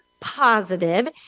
positive